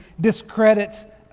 discredit